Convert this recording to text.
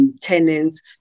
tenants